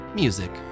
music